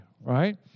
right